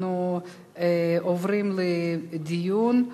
אנחנו עוברים לדיון.